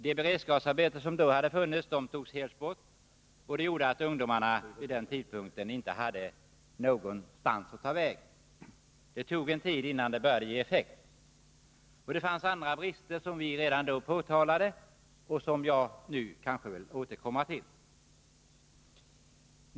De beredskapsarbeten som hade funnits togs bort helt, och det gjorde att ungdomarna vid den tidpunkten inte hade någonstans att ta vägen. Det tog en tid innan det nya förslaget började ge effekt. Det fanns också andra brister, som vi redan då påtalade och som jag nu vill återkomma till.